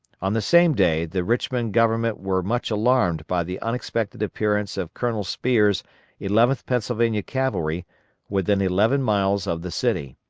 on the same day the richmond government were much alarmed by the unexpected appearance of colonel spear's eleventh pennsylvania cavalry within eleven miles of the city.